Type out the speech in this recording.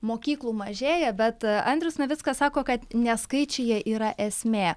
mokyklų mažėja bet andrius navickas sako kad ne skaičiuje yra esmė